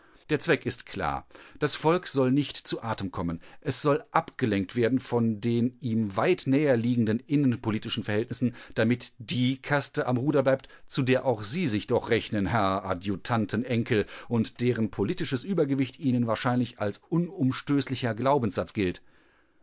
der zweck ist klar das volk soll nicht zu atem kommen es soll abgelenkt werden von den ihm weit näher liegenden innerpolitischen verhältnissen damit die kaste am ruder bleibt zu der auch sie sich doch rechnen herr adjutantenenkel und deren politisches übergewicht ihnen wahrscheinlich als unumstößlicher glaubenssatz gilt